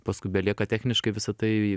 paskui belieka techniškai visa tai